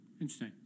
Interesting